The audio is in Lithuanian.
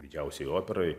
didžiausioj operoj